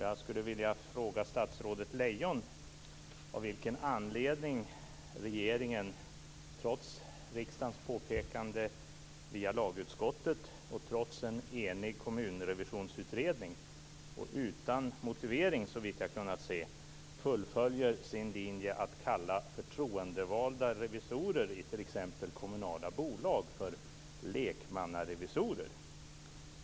Jag skulle vilja fråga statsrådet Lejon av vilken anledning regeringen, trots riksdagens påpekande via lagutskottet, trots en enig kommunrevisionsutredning och utan motivering, såvitt jag har kunnat se, fullföljer sin linje att kalla förtroendevalda revisorer i t.ex. kommunala bolag för lekmannarevisorer.